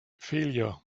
failure